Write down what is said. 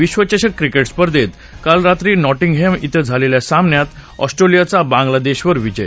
विश्वचषक क्रिकेट स्पर्धेत काल रात्री नॉटिंगहॅम झालेल्या सामन्यात ऑस्ट्रेलियाचा बांग्लादेशावर विजय